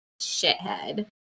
shithead